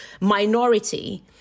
minority